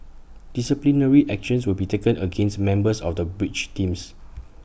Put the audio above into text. disciplinary action will be taken against members of the bridge teams